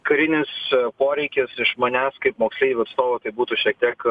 karinius poreikius iš manęs kaip moksleivių atstovo tai būtų šiek tiek